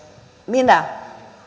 minä